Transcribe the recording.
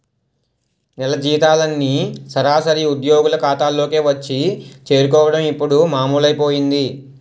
నెల జీతాలన్నీ సరాసరి ఉద్యోగుల ఖాతాల్లోకే వచ్చి చేరుకోవడం ఇప్పుడు మామూలైపోయింది